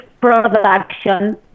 production